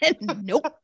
nope